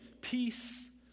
peace